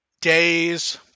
Days